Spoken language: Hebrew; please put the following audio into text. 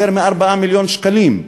יותר מ-4 מיליון שקלים,